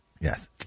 yes